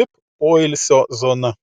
vip poilsio zona